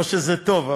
לא שזה טוב,